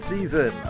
Season